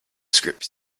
scripts